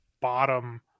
bottom